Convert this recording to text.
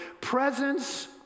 Presence